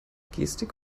gestik